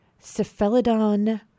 Cephalodon